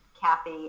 Kathy